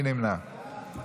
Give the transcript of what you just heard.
מי נמנע?